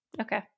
okay